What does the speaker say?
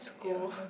to go